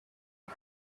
ari